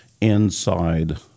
inside